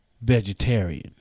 Vegetarian